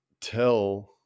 tell